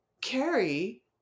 Carrie